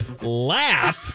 lap